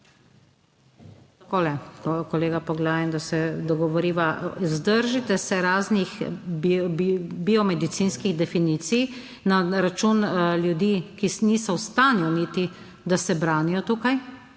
Takole, kolega Poglajen, da se dogovoriva. Vzdržite se raznih biomedicinskih definicij na račun ljudi, ki niso v stanju niti, da se branijo tukaj